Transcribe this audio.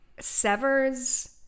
severs